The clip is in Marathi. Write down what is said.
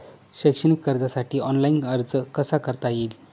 शैक्षणिक कर्जासाठी ऑनलाईन अर्ज कसा करता येईल?